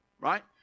right